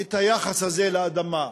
את היחס הזה לאדמה,